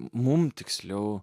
mums tiksliau